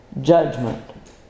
Judgment